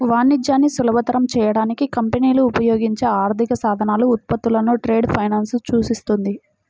వాణిజ్యాన్ని సులభతరం చేయడానికి కంపెనీలు ఉపయోగించే ఆర్థిక సాధనాలు, ఉత్పత్తులను ట్రేడ్ ఫైనాన్స్ సూచిస్తుంది